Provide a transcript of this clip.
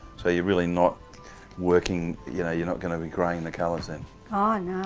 so you're really not working, you know you're not going to be greying the colours in? ah